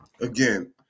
again